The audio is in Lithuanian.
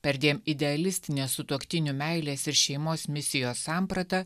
perdėm idealistinė sutuoktinių meilės ir šeimos misijos samprata